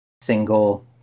single